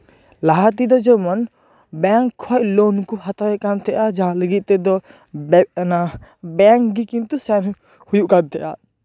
ᱞᱟᱦᱟᱛᱮᱫᱚ ᱡᱮᱢᱚᱱ ᱵᱮᱝᱠ ᱠᱷᱚᱱ ᱞᱳᱱ ᱠᱚ ᱦᱟᱛᱟᱣᱮᱫ ᱠᱟᱱ ᱛᱟᱦᱮᱱᱟ ᱡᱟᱦᱟᱸ ᱞᱟᱹᱜᱤᱫ ᱛᱮᱫᱚ ᱚᱱᱟ ᱵᱮᱝᱠ ᱜᱮ ᱠᱤᱱᱛᱩ ᱥᱮᱭᱟᱨ ᱦᱩᱭᱩᱜ ᱠᱟᱱ ᱛᱟᱦᱮᱸᱜᱼᱟ